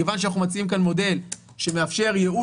מכיוון שאנחנו מציעים כאן מודל שמאפשר ייעול